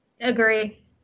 Agree